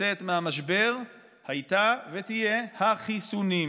לצאת מהמשבר הייתה ותהיה החיסונים.